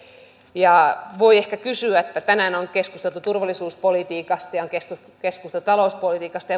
ja voi ehkä kysyä kun tänään on keskusteltu turvallisuuspolitiikasta ja on keskusteltu talouspolitiikasta